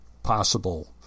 possible